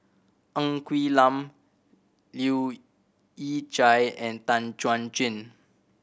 Ng Quee Lam Leu Yew Chye and Tan Chuan Jin